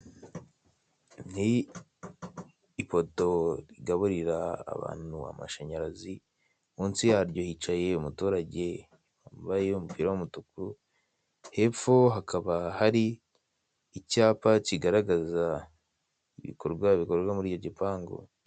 Ni ipoto rigaburira abantu amashanyarazi, munsi yaryo hicaye umuturage wambaye umupira w'umutuku, hepfo hakaba hari icyapa kigaragaraza ibikorwa bikorwa muri icyo gipangu.